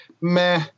meh